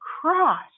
cross